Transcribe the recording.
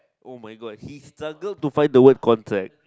oh my god he struggled to find the word contract